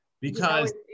Because-